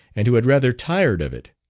and who had rather tired of it.